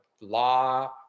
law